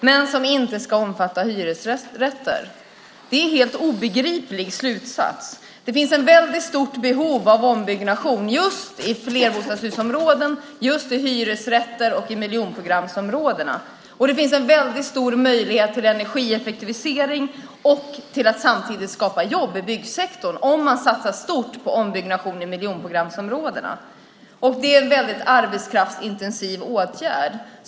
Men det ska inte omfatta hyresrätter. Det är en helt obegriplig slutsats. Det finns ett väldigt stort behov av ombyggnation just i flerbostadshusområden, i hyresrätter och i miljonprogramsområdena. Om man satsar stort på ombyggnation i miljonprogramsområdena finns det en väldigt stor möjlighet till energieffektivisering och att samtidigt skapa jobb i byggsektorn. Det är en väldigt arbetskraftsintensiv åtgärd.